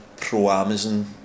pro-Amazon